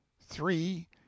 three